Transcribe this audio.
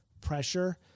pressure